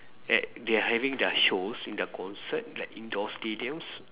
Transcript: at they are having their shows in their concert like indoor stadiums